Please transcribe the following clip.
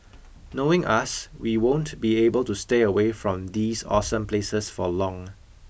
knowing us we won't be able to stay away from these awesome places for long